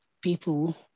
people